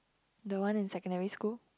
the one in secondary school